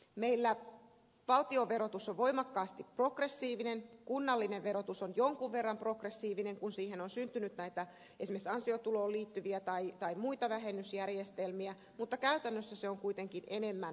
meillä valtionverotus on voimakkaasti progressiivinen kunnallinen verotus on jonkun verran progressiivinen kun siihen on syntynyt näitä esimerkiksi ansiotuloon liittyviä tai muita vähennysjärjestelmiä mutta käytännössä se on kuitenkin enemmän tasavero